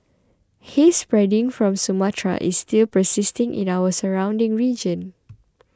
haze spreading from Sumatra is still persisting in our surrounding region